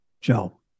Joe